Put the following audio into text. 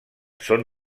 són